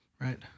Right